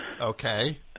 Okay